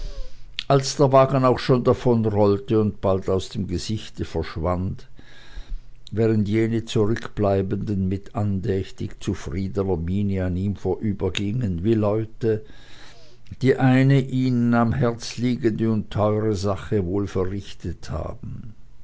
als der wagen schon davonrollte und bald aus dem gesichte entschwand während jene zurückbleibenden mit andächtig zufriedener miene an ihm vorübergingen wie leute die eine ihnen am herzen liegende und teure sache wohl verrichtet haben